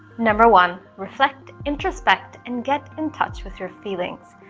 number one reflect, introspect and get in touch with your feelings.